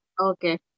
Okay